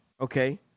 Okay